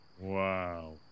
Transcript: Wow